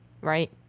Right